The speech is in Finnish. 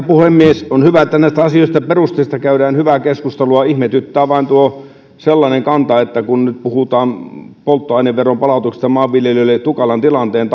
puhemies on hyvä että näistä asioista ja perusteista käydään hyvää keskustelua ihmetyttää vain sellainen kanta että kun nyt puhutaan polttoaineveron palautuksesta maanviljelijöille tukalan tilanteen